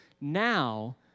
now